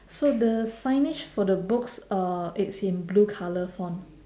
so the signage for the books uh it's in blue colour font